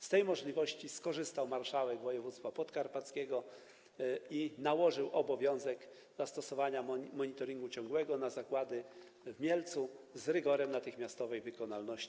Z tej możliwości skorzystał marszałek województwa podkarpackiego i nałożył obowiązek zastosowania monitoringu ciągłego na zakłady w Mielcu z rygorem natychmiastowej wykonalności.